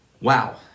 Wow